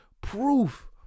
proof